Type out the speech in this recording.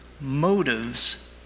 motives